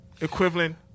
Equivalent